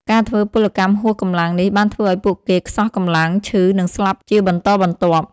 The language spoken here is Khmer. ការធ្វើពលកម្មហួសកម្លាំងនេះបានធ្វើឲ្យពួកគេខ្សោះកម្លាំង ឈឺ និងស្លាប់ជាបន្តបន្ទាប់។